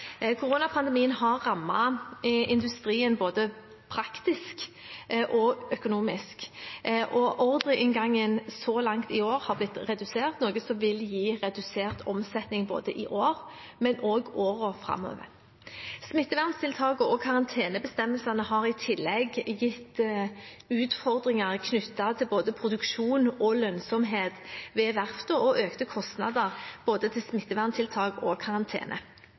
Koronapandemien har rammet industrien både praktisk og økonomisk, og ordreinngangen så langt i år har blitt redusert, noe som vil gi redusert omsetning både i år og også i årene framover. Smitteverntiltakene og karantenebestemmelsene har i tillegg gitt utfordringer knyttet til både produksjon og lønnsomhet ved verftene og økte kostnader til både smitteverntiltak og karantene.